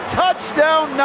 touchdown